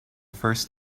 first